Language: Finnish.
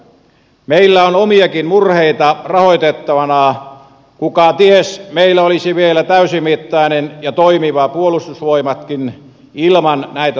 meillä on omiakin murheita rahoitettavana kuka ties meillä olisi vielä täysimittainen ja toimiva puolustusvoimatkin ilman näitä tukipaketteja